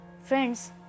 Friends